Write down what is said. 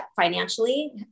financially